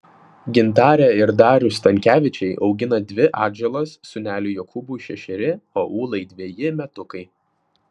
gintarė ir darius stankevičiai augina dvi atžalas sūneliui jokūbui šešeri o ūlai dveji metukai